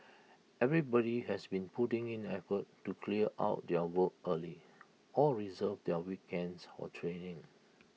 everybody has been putting in effort to clear out their work early or reserve their weekends for training